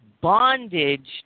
bondage